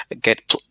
get